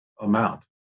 amount